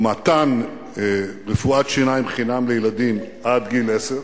מתן רפואת שיניים חינם לילדים עד גיל עשר,